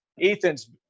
Ethan's